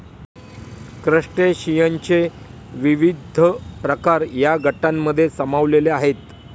क्रस्टेशियनचे विविध प्रकार या गटांमध्ये सामावलेले आहेत